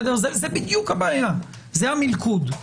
זו בדיוק הבעיה, זה המלכוד.